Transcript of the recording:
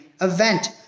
event